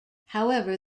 however